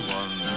one